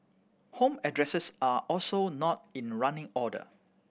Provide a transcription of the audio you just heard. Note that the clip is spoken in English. home addresses are also not in running order